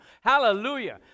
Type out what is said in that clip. Hallelujah